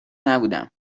نبودم